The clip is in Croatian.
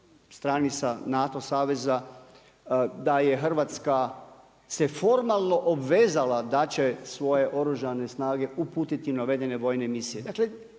stranica NATO saveza da je Hrvatska se formalno obvezala da će svoje oružane snage uputiti navedene vojne misije.